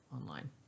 online